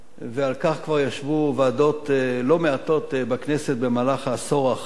ועל כך כבר ישבו ועדות לא מעטות בכנסת במהלך העשור האחרון,